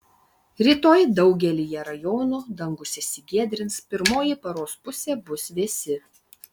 rytoj daugelyje rajonų dangus išsigiedrins pirmoji paros pusė bus vėsi